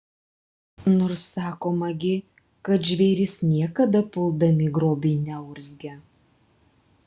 nors sakoma gi kad žvėrys niekada puldami grobį neurzgia